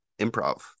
improv